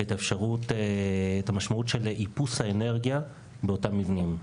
אנחנו בחנו את המשמעות של איפוס האנרגיה באותם מבנים.